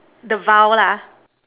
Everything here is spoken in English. the vow lah